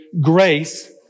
grace